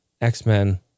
X-Men